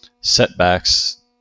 setbacks